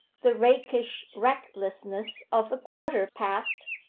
the rakish recklessness of a quarter past,